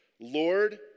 Lord